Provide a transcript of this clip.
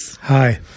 Hi